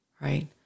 Right